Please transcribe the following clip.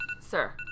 sir